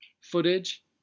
footage